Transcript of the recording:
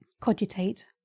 cogitate